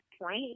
point